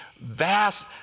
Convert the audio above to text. vast